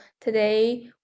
today